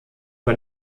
war